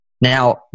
Now